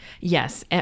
yes